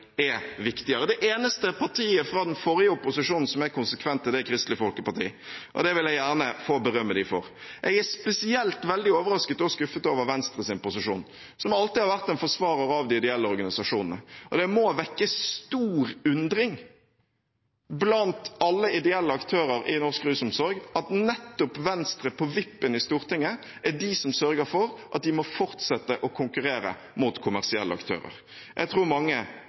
er viktigere. Det eneste partiet fra den forrige opposisjonen som er konsekvent, er Kristelig Folkeparti, og det vil jeg gjerne få berømme dem for. Jeg er spesielt overrasket og skuffet over Venstres posisjon, som alltid vært en forsvarer av de ideelle organisasjonene. Det må vekke stor undring blant alle ideelle aktører i norsk rusomsorg at nettopp Venstre – som er på vippen i Stortinget – er de som sørger for at de må fortsette å konkurrere mot kommersielle aktører. Jeg tror at mange